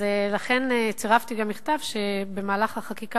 אז לכן צירפתי גם מכתב שלפיו במהלך החקיקה